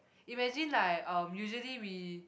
imagine like uh usually we